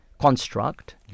construct